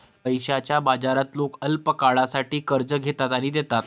पैशाच्या बाजारात लोक अल्पकाळासाठी कर्ज घेतात आणि देतात